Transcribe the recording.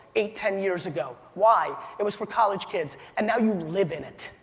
eight, ten years ago. why? it was for college kids and now you live in it.